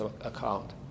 account